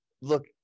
look